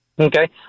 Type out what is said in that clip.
Okay